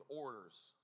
orders